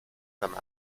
comme